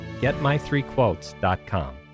getmythreequotes.com